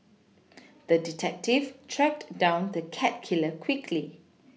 the detective tracked down the cat killer quickly